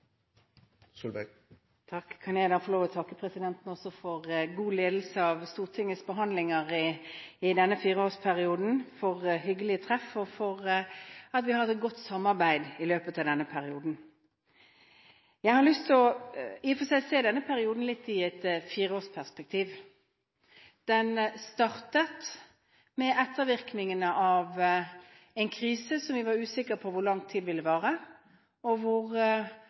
Jeg vil få takke presidenten for god ledelse av Stortingets behandlinger i denne fireårsperioden, for hyggelige treff og for et godt samarbeid i løpet av denne perioden. Jeg har i og for seg lyst til å se denne perioden litt i et fireårsperspektiv. Den startet med ettervirkningene av en krise som vi var usikre på hvor lenge ville vare og hvor